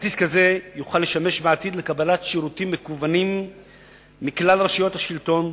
כרטיס כזה יוכל לשמש בעתיד לקבלת שירותים מקוונים מכלל רשויות השלטון,